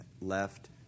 left